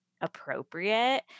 appropriate